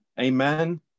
amen